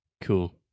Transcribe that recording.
Cool